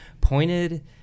pointed